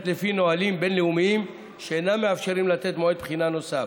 לפי נהלים בין-לאומיים שאינם מאפשרים לתת מועד בחינה נוסף.